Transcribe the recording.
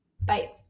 bye